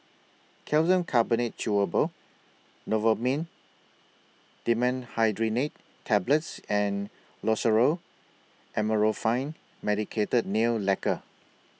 Calcium Carbonate Chewable Novomin Dimenhydrinate Tablets and Loceryl Amorolfine Medicated Nail Lacquer